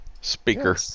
speaker